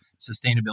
Sustainability